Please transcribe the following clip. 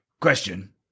Question